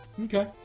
Okay